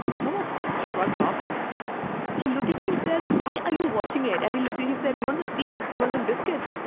he almost shrugged off the news he looked at me, says, why are you watching it? and they luby's said, you want some deep ones and biscuits.